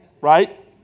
Right